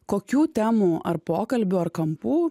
kokių temų ar pokalbių ar kampų